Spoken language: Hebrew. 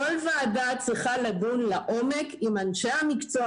כל ועדה צריכה לדון לעומק עם אנשי המקצוע